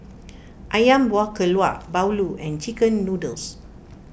Ayam Buah Keluak Bahulu and Chicken Noodles